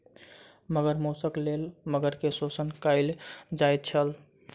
मगर मौसक लेल मगर के शोषण कयल जाइत छल